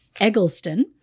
Eggleston